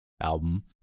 Album